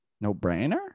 No-brainer